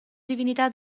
divinità